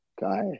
guy